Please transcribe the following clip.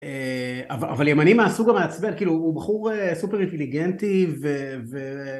אבל ימני מהסוג המעצבן, כיאלו הוא בחור סופר אינטליגנטי